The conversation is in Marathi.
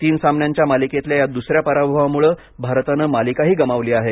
तीन सामन्यांच्या मालिकेतल्या या दुसऱ्या पराभवामुळे भारतानं मालिकाही गमावली आहे